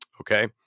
Okay